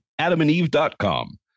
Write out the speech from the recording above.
adamandeve.com